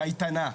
קייטנה,